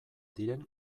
diren